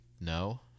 no